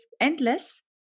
endless